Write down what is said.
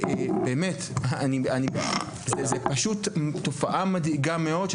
זוהי תופעה מדאיגה מאוד,